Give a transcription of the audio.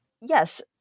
yes